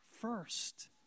first